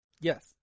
yes